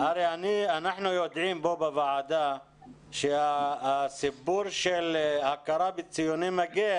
אנחנו יודעים פה בוועדה שהסיפור של הכרה בציוני מגן